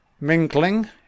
mingling